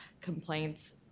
complaints